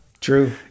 True